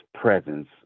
presence